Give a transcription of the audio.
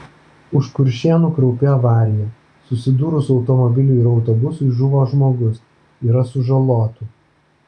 už kuršėnų kraupi avarija susidūrus automobiliui ir autobusui žuvo žmogus yra sužalotų